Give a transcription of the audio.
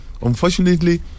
Unfortunately